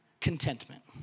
contentment